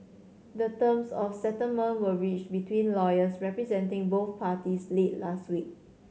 the terms of settlement were reached between lawyers representing both parties late last week